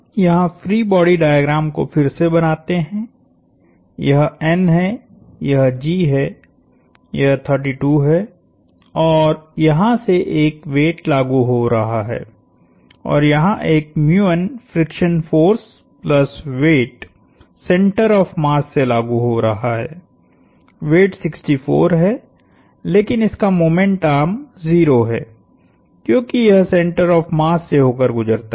हम यहाँ free body diagram को फिर से बनाते है यह N है यह G है यह 32 है और यहाँ से एक वेट लागु हो रहा है और यहाँ एकफ्रिक्शन force plus weight centre of mass से लागु हो रहा है वेट 64 है लेकिन इसका मोमेंट आर्म 0 है क्योंकि यह सेंटर ऑफ़ मास से होकर गुजरता है